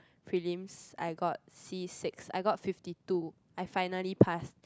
prelims I got c-six I got fifty two I finally passed